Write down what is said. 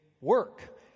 work